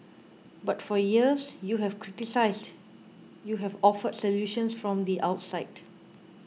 but for years you have criticised you have offered solutions from the outside